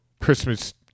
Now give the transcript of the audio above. Christmas